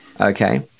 okay